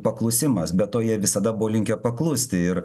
paklusimas be to jie visada buvo linkę paklusti ir